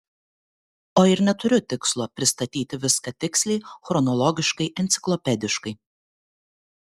o ir neturiu tikslo pristatyti viską tiksliai chronologiškai enciklopediškai